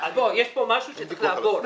יש פה משהו שצריך לעבור.